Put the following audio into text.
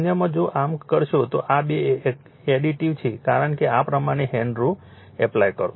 અન્યમાં જો આમ કરશો તો આ બે એડિટીવ છે કારણ કે આ પ્રમાણે હેન્ડ રૂલ એપ્લાય કરો